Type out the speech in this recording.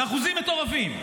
באחוזים מטורפים.